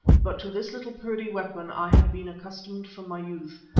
but to this little purdey weapon i had been accustomed from my youth,